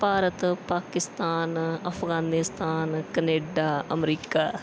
Bharat Pakistan Afghanistan Canada America